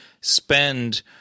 spend